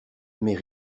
mais